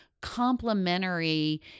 complementary